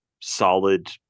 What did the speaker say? solid